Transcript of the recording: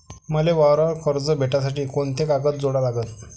मले वावरावर कर्ज भेटासाठी कोंते कागद जोडा लागन?